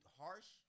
harsh